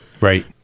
right